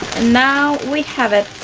and now we have it,